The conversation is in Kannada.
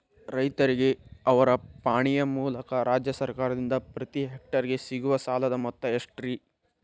ರೈತರಿಗೆ ಅವರ ಪಾಣಿಯ ಮೂಲಕ ರಾಜ್ಯ ಸರ್ಕಾರದಿಂದ ಪ್ರತಿ ಹೆಕ್ಟರ್ ಗೆ ಸಿಗುವ ಸಾಲದ ಮೊತ್ತ ಎಷ್ಟು ರೇ?